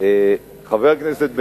חבר הכנסת בן-ארי,